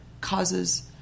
causes